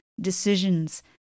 decisions